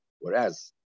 whereas